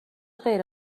غیر